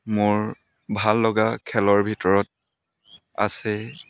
মোৰ ভাল লগা খেলৰ ভিতৰত আছে